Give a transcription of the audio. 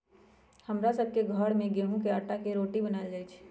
हमरा सभ के घर में गेहूम के अटा के रोटि बनाएल जाय छै